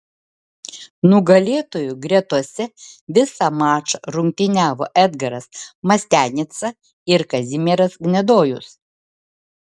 nugalėtojų gretose visą mačą rungtyniavo edgaras mastianica ir kazimieras gnedojus